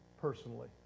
personally